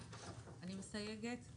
אני מסייגת.